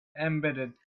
embedded